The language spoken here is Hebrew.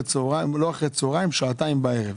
שעתיים בערב,